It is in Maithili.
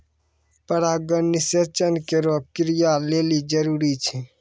परागण निषेचन केरो क्रिया लेलि जरूरी छै